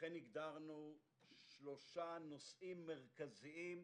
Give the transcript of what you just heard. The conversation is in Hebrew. לכן הגדרנו שלושה נושאים מרכזיים,